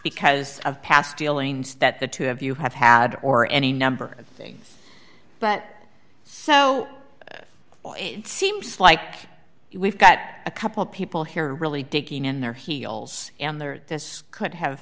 because of past dealings that the two of you have had or any number of things but so it seems like we've got a couple of people here are really digging in their heels and there this could have